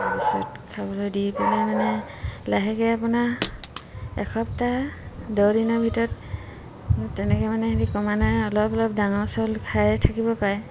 তাৰপিছত খাবলৈ দি পেলাই মানে লাহেকৈ আপোনাৰ এসপ্তাহ দহ দিনৰ ভিতৰত তেনেকৈ মানে হেৰি কমাণে অলপ অলপ ডাঙৰ চাউল খাই থাকিব পাৰে